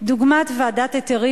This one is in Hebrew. דוגמת ועדת היתרים,